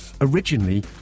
Originally